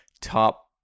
top